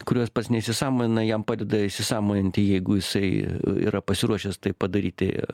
kuriuos pats neįsisąmonina jam padeda įsisąmoninti jeigu jisai yra pasiruošęs tai padaryti